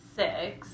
six